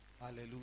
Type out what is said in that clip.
Hallelujah